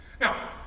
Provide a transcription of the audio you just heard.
Now